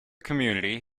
community